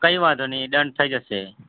કઈ વાંધો નઇ ડન થઈ જશે